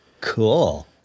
Cool